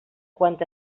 quant